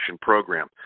Program